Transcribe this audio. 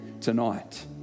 tonight